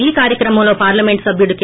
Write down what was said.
ఈ కార్యక్రమం లో పార్లమెంట్ సబ్యుడు కే